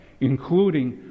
including